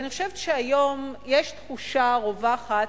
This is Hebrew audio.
כי אני חושבת שהיום יש תחושה רווחת